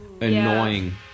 Annoying